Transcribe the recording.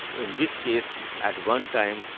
in this case at one time,